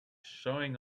showing